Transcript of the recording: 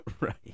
Right